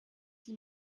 sie